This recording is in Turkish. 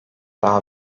daha